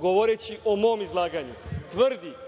govoreći o mom izlaganju,